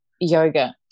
yoga